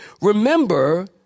Remember